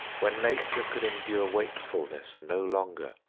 when nature could endure wakefulness no longer,